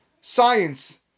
Science